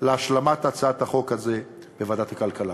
עד להשלמת הצעת החוק הזאת בוועדת הכלכלה.